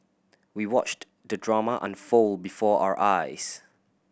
we watched the drama unfold before our eyes